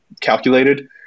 calculated